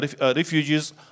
refugees